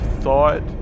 thought